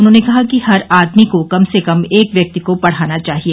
उन्होंने कहा कि हर आदमी को कम से कम एक व्यक्ति को पढ़ाना चाहिए